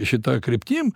šita kryptim